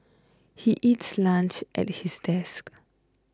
he eats lunch at his desk